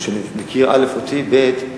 משום שהוא מכיר אותי, וב.